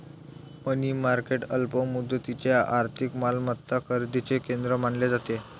मनी market अल्प मुदतीच्या आर्थिक मालमत्ता खरेदीचे केंद्र मानले जाते